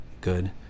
good